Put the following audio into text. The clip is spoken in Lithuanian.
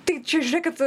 tai čia žiūrėkit